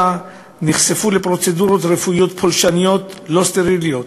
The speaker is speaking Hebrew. נחשפו לפרוצדורות רפואיות פולשניות לא סטריליות,